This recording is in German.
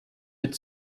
mit